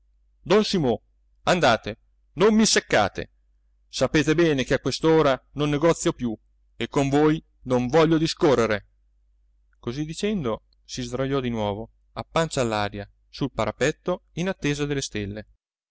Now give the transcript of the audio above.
abbatuffolato don simo andate non mi seccate sapete bene che a quest'ora non negozio più e con voi non voglio discorrere così dicendo si sdrajò di nuovo a pancia all'aria sul parapetto in attesa delle stelle